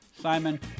Simon